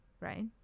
right